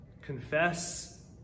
Confess